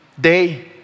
day